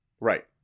Right